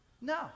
No